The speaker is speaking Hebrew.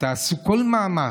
תעשו כל מאמץ.